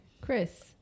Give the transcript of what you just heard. Chris